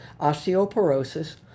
osteoporosis